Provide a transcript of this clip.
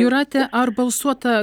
jūrate ar balsuota